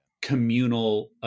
communal